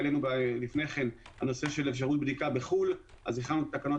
העלינו לפני כן הנושא של אפשרות בדיקה בחו"ל אז הכנו את התקנות